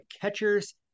catchers